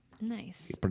Nice